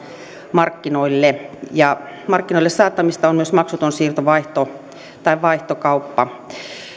markkinoille markkinoille saattamista on myös maksuton siirto tai vaihtokauppa